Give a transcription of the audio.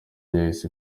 yahise